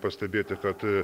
pastebėti kad